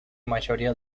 mayoría